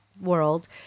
world